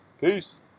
Peace